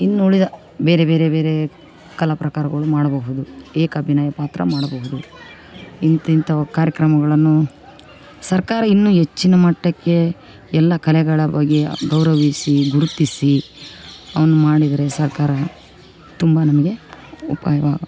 ಇನ್ನುಳಿದ ಬೇರೆ ಬೇರೆ ಬೇರೆ ಕಲಾ ಪ್ರಕಾರಗಳು ಮಾಡಬಹುದು ಏಕಾಭಿನಯ ಪಾತ್ರ ಮಾಡಬಹುದು ಇಂತಿಂಥವ್ ಕಾರ್ಯಕ್ರಮಗಳನ್ನು ಸರ್ಕಾರ ಇನ್ನು ಹೆಚ್ಚಿನ ಮಟ್ಟಕೆ ಎಲ್ಲ ಕಲೆಗಳ ಬಗ್ಗೆ ಗೌರವಿಸಿ ಗುರುತಿಸಿ ಅವ್ನ್ ಮಾಡಿದ್ರೆ ಸರ್ಕಾರ ತುಂಬ ನಮಿಗೆ ಉಪಾಯವ